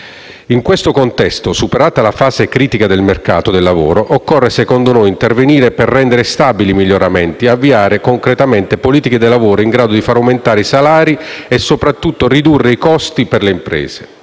In questo contesto, superata la fase critica del mercato del lavoro occorre secondo noi intervenire per rendere stabili i miglioramenti e avviare concretamente politiche del lavoro in grado di far aumentare i salari e ridurre i costi per le imprese.